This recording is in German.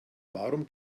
warum